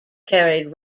carried